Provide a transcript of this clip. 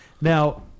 Now